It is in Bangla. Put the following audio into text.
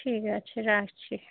ঠিক আছে রাখছি